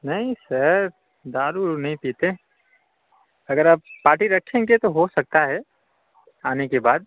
नहीं सर दारु उरू नहीं पीते हैं अगर आप पार्टी रखेंगे तो हो सकता है आने के बाद